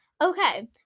Okay